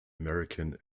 american